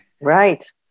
right